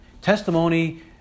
Testimony